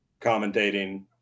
commentating